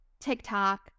TikTok